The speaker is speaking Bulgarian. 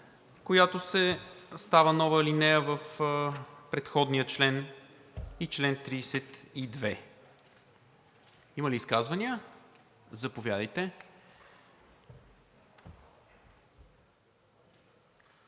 който става нова алинея в предходния член, и чл. 32. Има ли изказвания? Заповядайте.